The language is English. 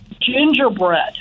gingerbread